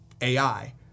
AI